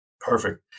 perfect